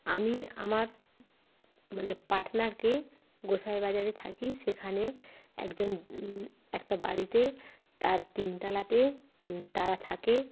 আমি আমার মানে পার্টনারকে গোঁসাই বাজারে থাকি সেখানে একজন একটা বাড়িতে তার তিনতলাতে তারা থাকে